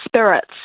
spirits